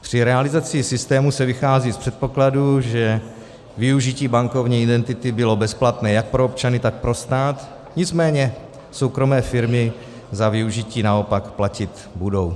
Při realizaci systému se vychází z předpokladu, že využití bankovní identity by bylo bezplatné jak pro občany, tak pro stát, nicméně soukromé firmy za využití naopak platit budou.